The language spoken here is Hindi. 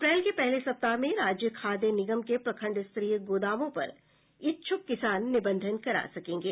अप्रैल के पहले सप्ताह में राज्य खाद निगम के प्रखंड स्तरीय गोदामों पर इच्छुक किसान निबंधन कर सकेंगे